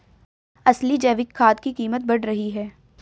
असली जैविक खाद की कीमत बढ़ रही है